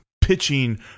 pitching